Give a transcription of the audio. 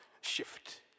shift